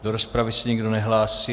Do rozpravy se nikdo nehlásí.